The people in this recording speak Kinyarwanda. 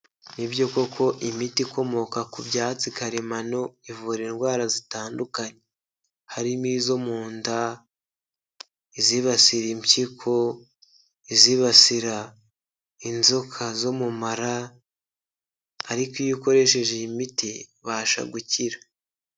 Ni byo koko imiti ikomoka ku byatsi karemano ivura indwara zitandukanye, harimo izo mu nda, izibasira impyiko, izibasira inzoka zo mu mara, ariko iyo ukoresheje iyi miti ibasha gukira.